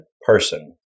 person